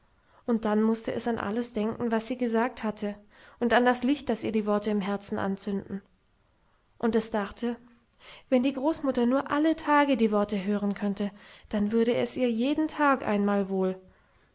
und dann mußte es an alles denken was sie gesagt hatte und an das licht das ihr die worte im herzen anzünden und es dachte wenn die großmutter nur alle tage die worte hören könnte dann würde es ihr jeden tag einmal wohl